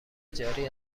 تجاری